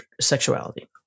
sexuality